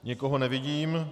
Nikoho nevidím.